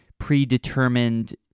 predetermined